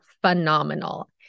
phenomenal